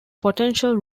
potential